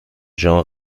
jean